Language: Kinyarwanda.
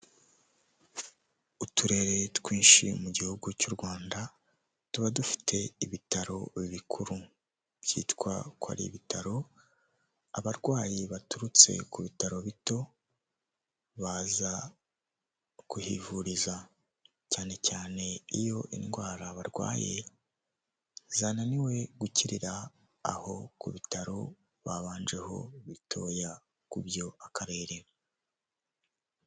Uturere twinshi mu gihugu cy'urwanda tuba dufite ibitaro bikuru byitwa ko ari ibitaro, abarwayi baturutse ku bitaro bito baza kuhivuriza, cyane cyane iyo indwara barwaye zananiwe gukirira aho ku bitaro babanjeho bitoya ku byo akarere.